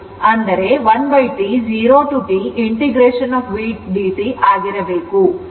ಆದ್ದರಿಂದ 1T 0 to T vdt ಆಗಿರಬೇಕು